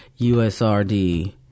USRD